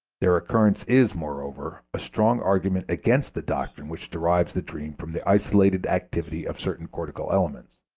their occurrence is, moreover, a strong argument against the doctrine which derives the dream from the isolated activity of certain cortical elements.